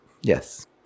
yes